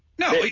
No